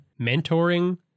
mentoring